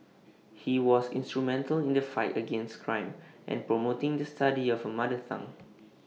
he was instrumental in the fight against crime and promoting the study of A mother tongue